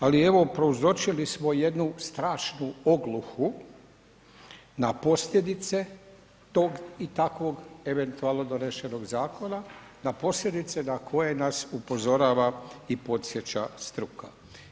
Ali evo prouzročili smo jednu strašnu ogluhu na posljedice tog i takvog eventualno donesenog zakona na posljedice na koje nas upozorava i podsjeća struka.